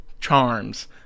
charms